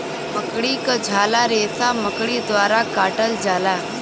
मकड़ी क झाला रेसा मकड़ी द्वारा काटल जाला